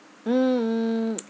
mm